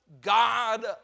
God